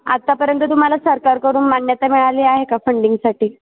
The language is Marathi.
आत्तापर्यंत तुम्हाला सरकारकडून मान्यता मिळाली आहे का फंडिंगसाठी